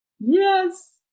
yes